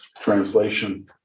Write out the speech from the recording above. translation